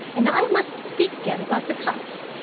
and i must speak again about the cups